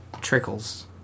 trickles